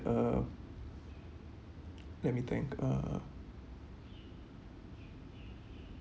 uh let me think uh